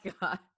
God